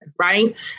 Right